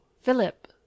Philip